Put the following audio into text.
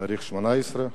ב-18 במרס,